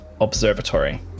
observatory